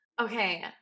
Okay